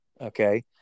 Okay